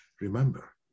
Remember